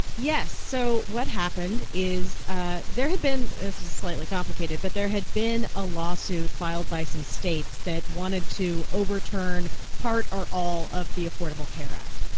yes. so what happened is ah there had been this is a slightly complicated but there had been a lawsuit filed by some states that wanted to overturn part or all of the affordable care act,